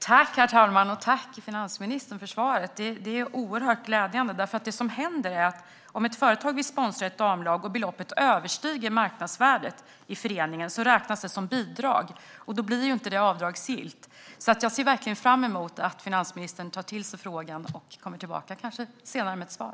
Herr talman! Tack för svaret, finansministern - det är oerhört glädjande! Det som händer är nämligen att det räknas som ett bidrag om ett företag vill sponsra ett damlag och beloppet överstiger marknadsvärdet i föreningen, och då blir det inte avdragsgillt. Jag ser alltså verkligen fram emot att finansministern tar till sig frågan och kommer tillbaka senare, kanske med ett svar.